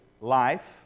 life